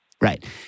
Right